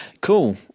cool